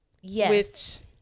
yes